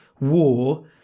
war